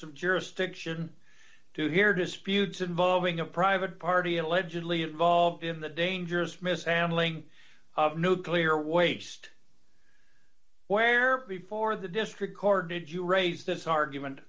of jurisdiction to hear disputes involving a private party allegedly involved in the dangerous mishandling of nuclear waste where before the district court did you raise this argument